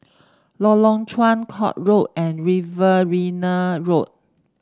Lorong Chuan Court Road and Riverina Road